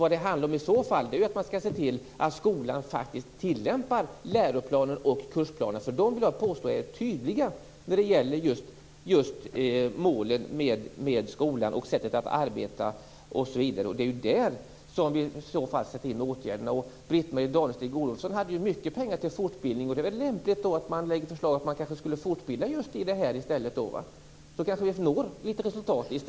Det handlar i stället om att se till att skolan tilllämpar läroplanen och kursplanen. Jag vill nämligen påstå att de är tydliga när det gäller just målen med skolan, sättet att arbeta osv. Det är där vi i så fall skall sätta in åtgärderna. Britt-Marie Danestig hade ju mycket pengar till fortbildning. Då är det väl lämpligt att lägga fram ett förslag om att fortbilda just i detta, så att det blir litet resultat.